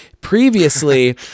Previously